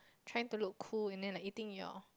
trying to look cool and then like eating you know